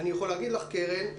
קרן,